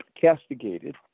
castigated